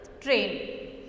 train